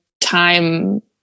time